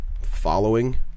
Following